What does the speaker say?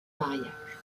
mariage